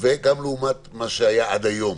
גם לעומת מה שהיה עד היום.